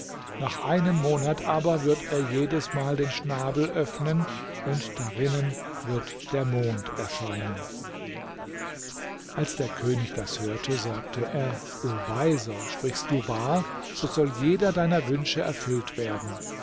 nach einem monat aber wird er jedesmal den schnabel öffnen und darinnen wird der mond erscheinen als der könig das hörte sagte er o weiser sprichst du wahr so soll jeder deiner wünsche erfüllt werden